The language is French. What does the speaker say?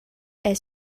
est